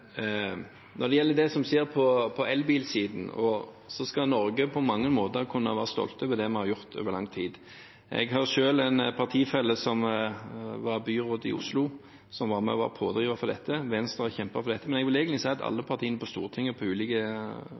det som skjer på elbilsiden, skal Norge på mange måter kunne være stolt over det vi har gjort over lang tid. Jeg har selv en partifelle som var byråd i Oslo, som var med og var pådriver for dette. Venstre har kjempet for dette. Men jeg vil egentlig si at alle partiene på Stortinget, på ulik tid og med ulike